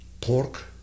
pork